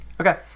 Okay